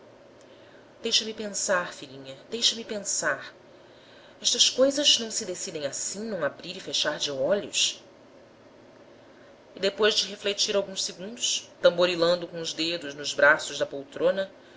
amante deixa-me pensar filhinha deixa-me pensar estas coisas não se decidem assim num abrir e fechar de olhos e depois de refletir alguns segundos tamborilando com os dedos nos braços da poltrona